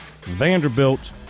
Vanderbilt